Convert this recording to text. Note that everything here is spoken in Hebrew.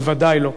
בוודאי לא.